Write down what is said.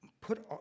put